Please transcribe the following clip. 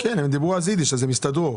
הם דיברו אז יידיש, אז הם הסתדרו.